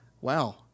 Wow